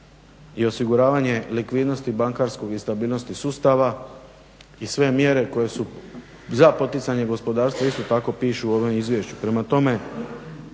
i osiguravanje likvidnosti bankarskog i stabilnosti sustava i sve mjere koje su za poticanje gospodarstva isto tako pišu u ovom izvješću.